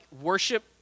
worship